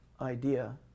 idea